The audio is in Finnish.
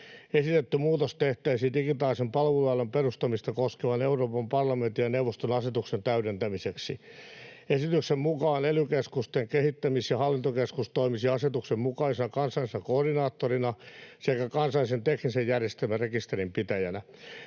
Esitetty muutos tehtäisiin digitaalisen palveluväylän perustamista koskevan Euroopan parlamentin ja neuvoston asetuksen täydentämiseksi. Esityksen mukaan ely-keskusten kehittämis- ja hallintokeskus toimisi asetuksen mukaisena kansallisena koordinaattorina sekä kansallisen teknisen järjestelmän rekisterinpitäjänä.